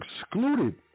excluded